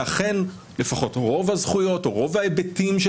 שאכן לפחות רוב הזכויות או רוב ההיבטים של